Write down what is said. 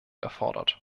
erfordert